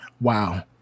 Wow